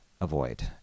avoid